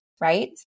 right